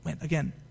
Again